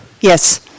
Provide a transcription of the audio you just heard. Yes